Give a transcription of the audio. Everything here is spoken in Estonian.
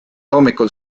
hommikul